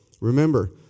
remember